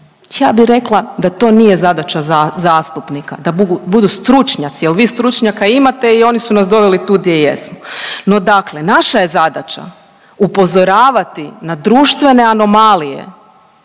Ja bi rekla da to nije zadaća zastupnika da budu stručnjaci jel vi stručnjaka imate i oni su nas doveli tu gdje jesmo. No, dakle naša je zadaća upozoravati na društvene anomalije